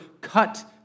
cut